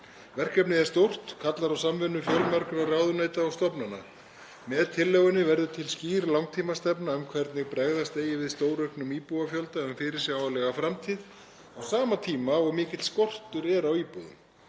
Verkefnið er stórt og kallar á samvinnu fjölmargra ráðuneyta og stofnana. Með tillögunni verður til skýr langtímastefna um hvernig bregðast eigi við stórauknum íbúafjölda um fyrirsjáanlega framtíð á sama tíma og mikill skortur er á íbúðum.